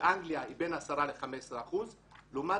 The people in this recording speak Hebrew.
באנגליה היא בין 10 ל-15 אחוזים ולעומת